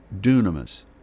dunamis